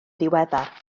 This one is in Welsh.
ddiweddar